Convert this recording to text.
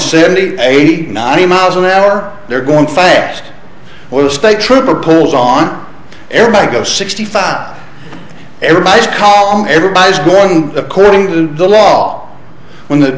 seventy eight ninety miles an hour they're going face or the state trooper pulls on everybody go sixty five everybody's calm everybody's going to cling to the law when the